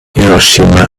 hiroshima